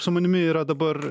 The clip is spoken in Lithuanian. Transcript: su manimi yra dabar